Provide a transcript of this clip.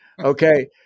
okay